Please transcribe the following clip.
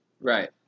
Right